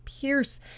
pierce